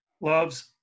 loves